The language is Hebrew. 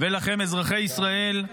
ולכם אזרחי ישראל: